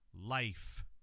life